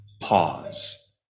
pause